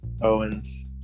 Owens